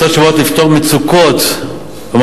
הצעות שבאות לפתור מצוקות במערכות